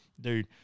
dude